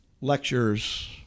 lectures